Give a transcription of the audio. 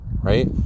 right